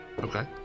Okay